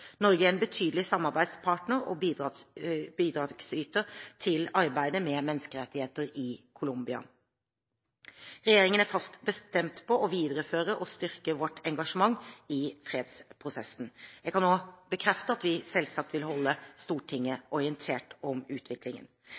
Norge er en betydelig samarbeidspartner og bidragsyter til arbeidet med menneskerettigheter i Colombia. Regjeringen er fast bestemt på å videreføre og styrke vårt engasjement i fredsprosessen. Jeg kan også bekrefte at vi selvsagt vil holde Stortinget orientert om utviklingen.